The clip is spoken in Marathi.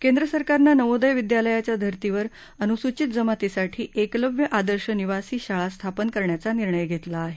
केंद्र सरकारनं नवोदय विद्यालयाच्या धर्तीवर अनुसूचित जमातींसाठी एकलव्य आदर्श निवासी शाळा स्थापन करण्याचा निर्णय घेतला आहे